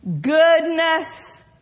Goodness